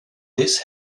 this